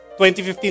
2015